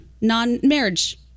non-marriage